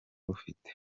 ufite